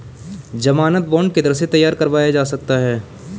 ज़मानत बॉन्ड किधर से तैयार करवाया जा सकता है?